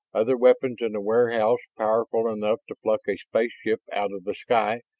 other weapons in the warehouse powerful enough to pluck a spaceship out of the sky,